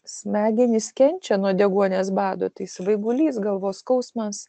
smegenys kenčia nuo deguonies bado tai svaigulys galvos skausmas